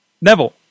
Neville